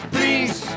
Please